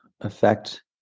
affect